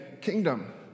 kingdom